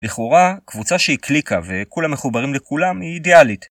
לכאורה קבוצה שהיא קליקה וכולם מחוברים לכולם היא אידיאלית.